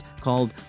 called